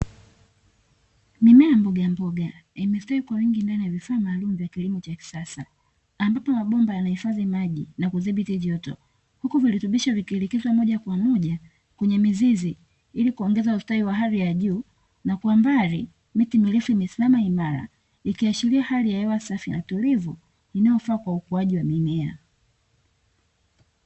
Mimea ya mbogamboga, imestawi kwa wingi ndani ya vifaa maalumu vya kilimo cha kisasa, ambapo mabomba yanahifadhi maji na kuthibiti joto; huku virutubisho vikielekezwa moja kwa moja kwenye mizizi, ili kuongeza ustawi wa hali ya juu, na kwa mbali miti mirefu imesimama imara, ikiashiria hali ya hewa safi na tulivu inayofaa kwa ukuaji wa mimea.